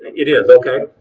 it is. okay.